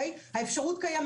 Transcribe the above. האפשרות קיימת,